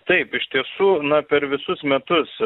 taip iš tiesų na per visus metus